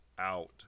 out